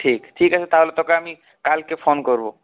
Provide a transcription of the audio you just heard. ঠিক ঠিক আছে তাহলে তোকে আমি কালকে ফোন করব